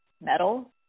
metal